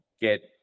get